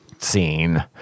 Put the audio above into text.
Scene